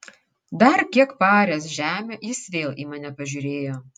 dar kiek paaręs žemę jis vėl į mane pažiūrėjo